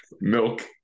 milk